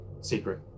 secret